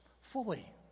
fully